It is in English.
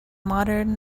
modern